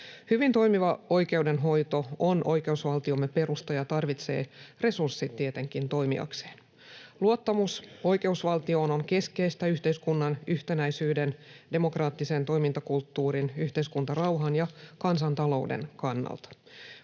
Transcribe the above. Hyvin toimiva oikeudenhoito on oikeusvaltiomme perusta ja tarvitsee tietenkin resurssit toimiakseen. Luottamus oikeusvaltioon on keskeistä yhteiskunnan yhtenäisyyden, demokraattisen toimintakulttuurin, yhteiskuntarauhan ja kansantalouden kannalta.